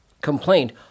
complained